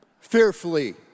fearfully